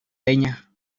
leña